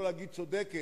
שלא להגיד צודקת,